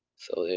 so,